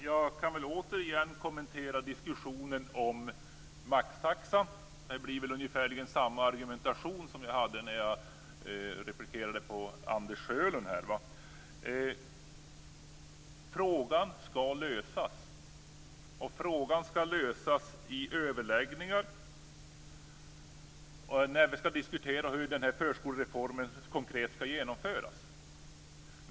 Fru talman! Jag kan återigen kommentera diskussionen om maxtaxa. Det blir väl ungefär samma argument som när jag replikerade på Anders Sjölund. Frågan skall lösas. Frågan skall lösas i överläggningar då vi skall diskutera hur förskolereformen konkret skall genomföras.